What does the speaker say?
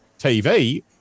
TV